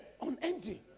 Unending